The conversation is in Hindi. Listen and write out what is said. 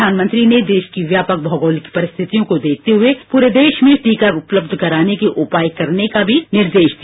प्रधानमंत्री ने देश की व्यापक भौगोलिक परिस्थितियों को देखते हुए पूरे देश में टीका उपलब्ध कराने के उपाय करने का भी निर्देश दिया